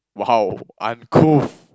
!wow! uncouth